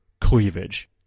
Cleavage